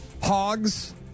Hogs